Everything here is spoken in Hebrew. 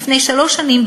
לפני שלוש שנים,